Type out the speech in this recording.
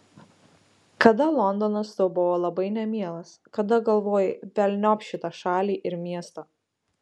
kada londonas tau buvo labai nemielas kada galvojai velniop šitą šalį ir miestą